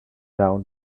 out